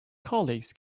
colleagues